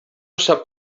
sap